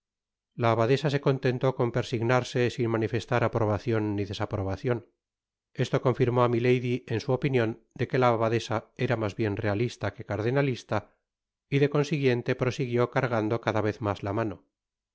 la abadesa se contentó con persignarse sin manifestar aprobacion ni desaprobacion esto confirmó á milady en su opinion de que la abadesa era mas bien realista que cardenalista y de consiguiente prosiguió cargando cada vez mas la mano